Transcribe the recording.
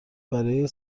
برای